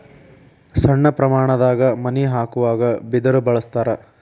ಸಣ್ಣ ಪ್ರಮಾಣದಾಗ ಮನಿ ಹಾಕುವಾಗ ಬಿದರ ಬಳಸ್ತಾರ